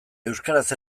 euskaraz